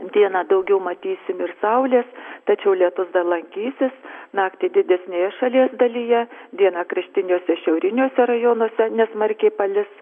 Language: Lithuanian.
dieną daugiau matysim ir saulės tačiau lietus lankysis naktį didesnėje šalies dalyje dieną kraštiniuose šiauriniuose rajonuose nesmarkiai palis